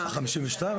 ה-52?